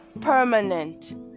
permanent